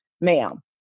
ma'am